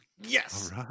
Yes